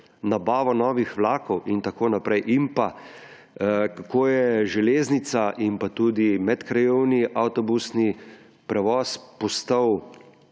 nabavo novih vlakov in tako naprej. In kako je železnica in tudi medkrajevni avtobusni prevoz postal